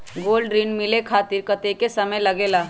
Gold ऋण मिले खातीर कतेइक समय लगेला?